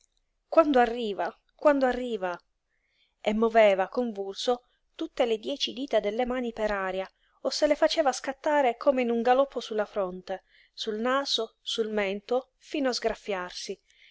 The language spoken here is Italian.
quando arriva quando arriva e moveva convulso tutte le dieci dita delle mani per aria o se le faceva scattare come in galoppo su la fronte sul naso sul mento fino a